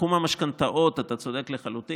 בתחום המשכנתאות, אתה צודק לחלוטין.